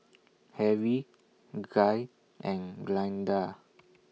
Harry Guy and Glynda